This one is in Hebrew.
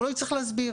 הוא לא צריך להסביר